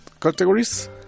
categories